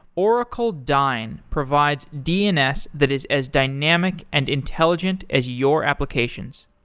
oracle dyn provides dns that is as dynamic and intelligent as your applications.